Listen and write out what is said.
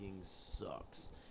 sucks